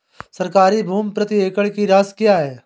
सरकारी भूमि प्रति एकड़ की राशि क्या है?